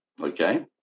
Okay